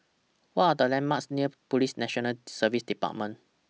What Are The landmarks near Police National Service department